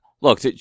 Look